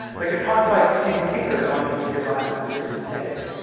like, a talk by steven pinker on the history of violence, very synthetic.